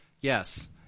yes